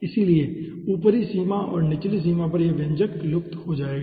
इसलिए ऊपरी सीमा और निचली सीमा पर यह व्यंजक लुप्त हो जाएगा